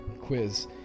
quiz